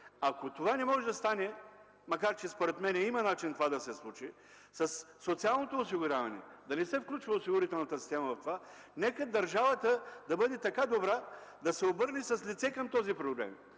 ако това не може да стане, макар че според мен има начин то да се случи, социалното осигуряване да не се включва в осигурителната система, нека държавата да бъде така добра да се обърне с лице към проблема,